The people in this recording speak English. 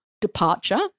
departure